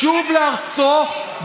לשוב לארצו,